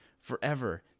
forever